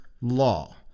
law